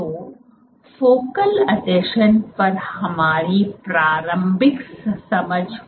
तो फोकल आसंजन पर हमारी प्रारंभिक समझ पूरा होता है